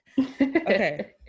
Okay